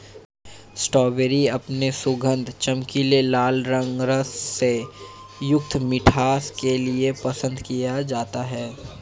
strawberry अपने सुगंध, चमकीले लाल रंग, रस से युक्त मिठास के लिए पसंद किया जाता है